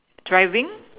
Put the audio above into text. driving